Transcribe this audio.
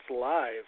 Live